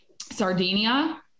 Sardinia